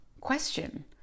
question